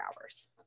hours